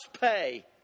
pay